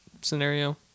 scenario